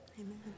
Amen